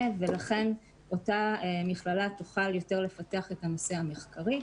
ולכן אותה מכללה תוכל לפתח את הנושא המחקרי.